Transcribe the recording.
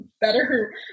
better